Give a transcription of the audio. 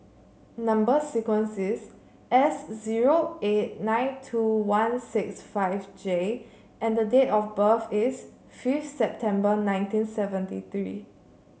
number sequence is S zero eight nine two one six five J and date of birth is fifth September nineteen seventy three